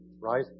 right